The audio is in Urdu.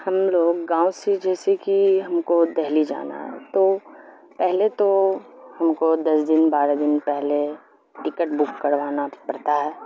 ہم لوگ گاؤں سے جیسے کہ ہم کو دہلی جانا ہے تو پہلے تو ہم کو دس دن بارہ دن پہلے ٹکٹ بک کروانا پڑتا ہے